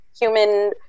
human